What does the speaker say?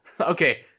Okay